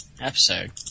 episode